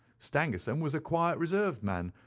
stangerson was a quiet reserved man,